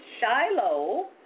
shiloh